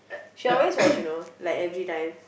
she always watch you know like every time